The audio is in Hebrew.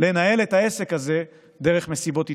לנהל את העסק הזה דרך מסיבות עיתונאים.